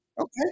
Okay